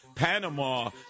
Panama